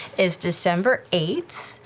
is december eighth,